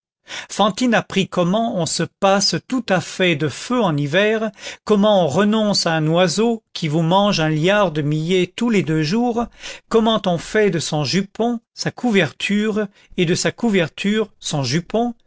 fantine apprit comment on se passe tout à fait de feu en hiver comment on renonce à un oiseau qui vous mange un liard de millet tous les deux jours comment on fait de son jupon sa couverture et de sa couverture son jupon